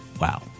Wow